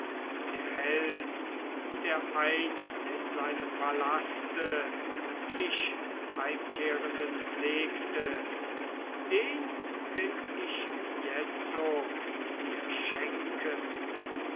der held der einst in seinem palaste mich heimkehrenden pflegte den will ich jetzo dir schenken